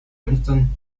winston